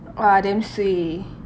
!wah! damn suay